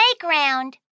playground